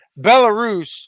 Belarus